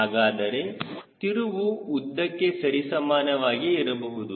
ಹಾಗಾದರೆ ತಿರುವು ಉದ್ದಕ್ಕೆ ಸರಿಸಮಾನವಾಗಿ ಇರಬಹುದು